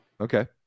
Okay